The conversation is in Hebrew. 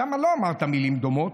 שם לא אמרת מילים דומות.